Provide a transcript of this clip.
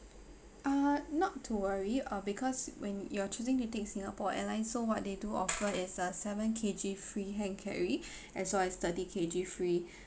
uh not to worry uh because when you're choosing to take singapore airlines so what they do offer is a seven K_G free hand carry as well as thirty K_G free